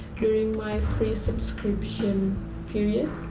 during my free subscription period.